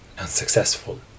unsuccessful